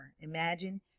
Imagine